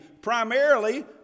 Primarily